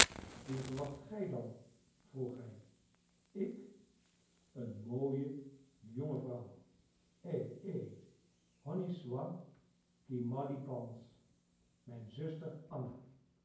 wien verwacht gij dan vroeg hij ik een mooie jonge vrouw ei ei honny soit qui mal y pense mijn zuster anna